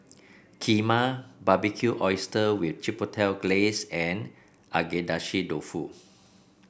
Kheema Barbecued Oysters with Chipotle Glaze and Agedashi Dofu